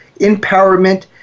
empowerment